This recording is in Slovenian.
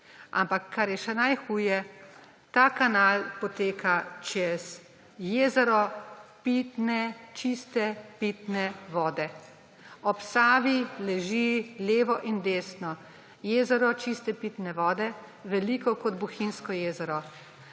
Ampak kar je še najhuje, ta kanal poteka čez jezero pitne, čiste pitne vode. Ob Savi leži levo in desno jezero čiste pitne vode, veliko kot Bohinjsko jezero.